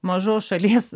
mažos šalies